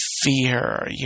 fear